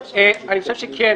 אני חושב שכן